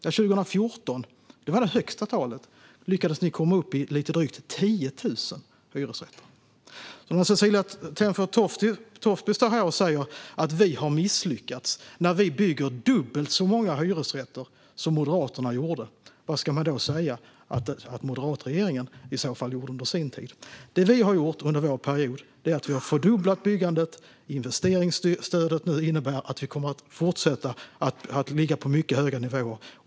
År 2014, då det byggdes mest, lyckades ni komma upp i lite drygt 10 000 hyresrätter. Cecilie Tenfjord Toftby står här och säger att vi har misslyckats när vi bygger dubbelt så många hyresrätter som Moderaterna gjorde. Vad ska man då säga att moderatregeringen gjorde under sin tid? Det som vi har gjort under vår period är att vi har fördubblat byggandet. Investeringsstödet innebär att vi kommer att fortsätta att ligga på mycket höga nivåer.